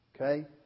Okay